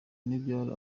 n’ibyari